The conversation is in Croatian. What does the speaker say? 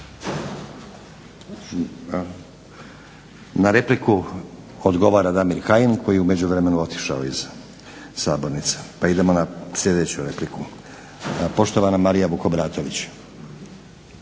Na repliku odgovara Damir Kajin koji je u međuvremenu otišao iz sabornice pa idemo na sljedeću repliku. Poštovana Marija Vukobratović.